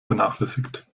vernachlässigt